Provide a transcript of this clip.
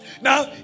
Now